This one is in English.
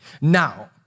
Now